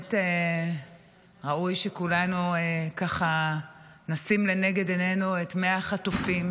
באמת ראוי שכולנו ככה נשים לנגד עינינו את מאה החטופים,